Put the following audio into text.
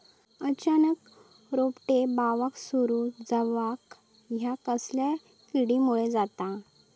अचानक रोपटे बावाक सुरू जवाप हया कसल्या किडीमुळे जाता?